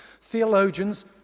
theologians